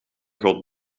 god